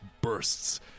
bursts